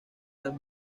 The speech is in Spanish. las